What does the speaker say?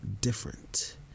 different